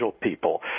people